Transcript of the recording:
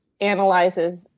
analyzes